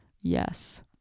yes